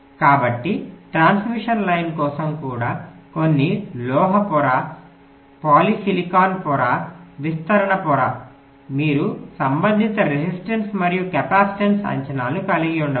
కాబట్టి transmission line కోసం కూడా కొన్ని లోహ పొర పాలిసిలికాన్ పొర విస్తరణ పొర మీరు సంబంధిత రెసిస్టన్స్ మరియు కెపాసిటెన్స్ అంచనాలను కలిగి ఉండవచ్చు